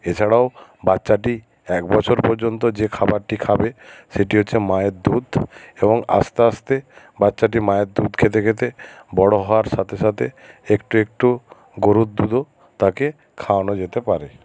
এছাড়াও বাচ্চাটি এক বছর পর্যন্ত যে খাবারটি খাবে সেটি হচ্ছে মায়ের দুধ এবং আস্তে আস্তে বাচ্চাটি মায়ের দুধ খেতে খেতে বড়ো হওয়ার সাথে সাথে একটু একটু গরুর দুধও তাকে খাওয়ানো যেতে পারে